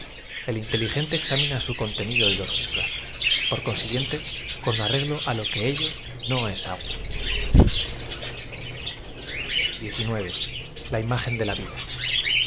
el inteligente exam ina su contenido y los juzga por consiguiente con arreglo lo que en ellos no es agua la imagen de la vida